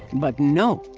but no!